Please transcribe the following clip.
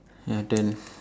your turn